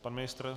Pan ministr?